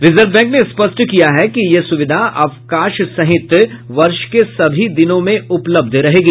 reserve bank ने स्पष्ट किया है कि यह सुविधा अवकाश सहित वर्ष के सभी दिनों में उपलब्ध रहेगी